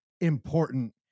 important